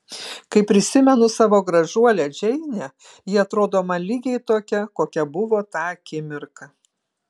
kai prisimenu savo gražuolę džeinę ji atrodo man lygiai tokia kokia buvo tą akimirką